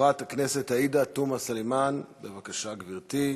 חברת הכנסת עאידה תומא סלימאן, בבקשה, גברתי.